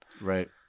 Right